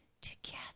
together